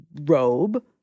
robe